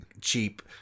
cheap